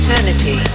Eternity